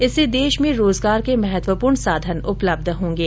इसर्स देश में रोजगार के महत्वपूर्ण साधन उपलब्ध होंगे